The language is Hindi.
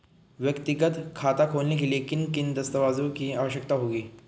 व्यक्तिगत खाता खोलने के लिए किन किन दस्तावेज़ों की आवश्यकता होगी?